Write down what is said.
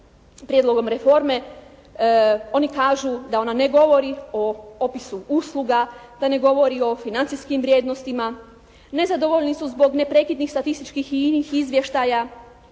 prijedlogom reforme. Oni kažu da ona ne govori o upisu usluga, da ne govori o financijskim vrijednostima, nezadovoljni su zbog neprekidnih statističkih i inih izvještaja,